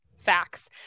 facts